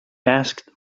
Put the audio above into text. asked